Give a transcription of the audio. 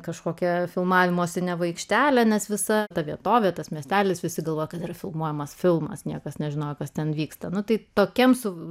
kažkokia filmavimosi aikštelė nes visa ta vietovė tas miestelis visi galvoja kad ir filmuojamas filmas niekas nežinojo kas ten vyksta nu tai tokiems su